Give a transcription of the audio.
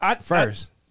first